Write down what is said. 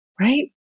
right